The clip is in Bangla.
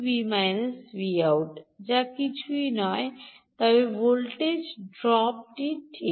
−Vout যা কিছুই নয় তবে ড্রপ ভোল্টেজ ঠিক